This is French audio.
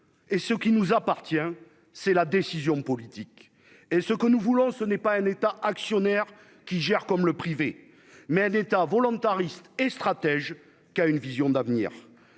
et ce qui nous appartient, c'est la décision politique et ce que nous voulons, ce n'est pas un État actionnaire qui gère comme le privé mais à État volontariste et stratège qu'a une vision d'avenir,